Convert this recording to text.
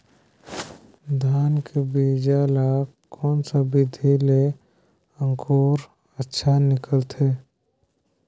धान के बीजा ला कोन सा विधि ले अंकुर अच्छा निकलथे?